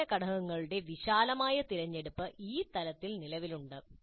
പ്രബോധനഘടകങ്ങളുടെ വിശാലമായ തിരഞ്ഞെടുപ്പ് ഈ തലത്തിൽ നിലവിലുണ്ട്